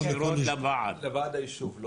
ישירות לוועד הישוב.